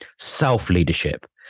self-leadership